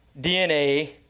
dna